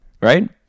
right